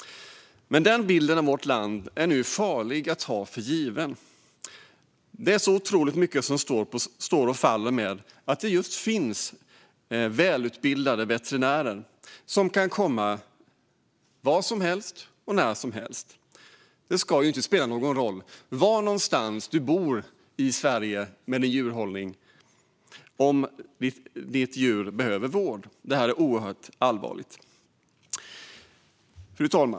Men bilden av vårt land är farlig att ta för given. Otroligt mycket står och faller med att det finns välutbildade veterinärer som kan komma vart som helst och när som helst. Det ska inte spela någon roll var någonstans i Sverige man bor om ens djur behöver vård. Detta är oerhört allvarligt.